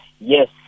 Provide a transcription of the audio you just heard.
yes